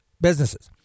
businesses